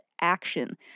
action